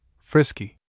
Frisky